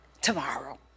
tomorrow